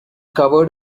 covered